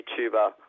YouTuber